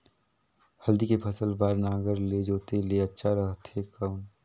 हल्दी के फसल बार नागर ले जोते ले अच्छा रथे कौन?